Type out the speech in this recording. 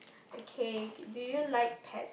okay do you like pets